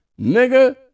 nigga